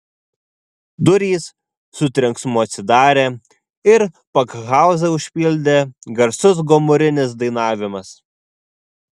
durys su trenksmu atsidarė ir pakhauzą užpildė garsus gomurinis dainavimas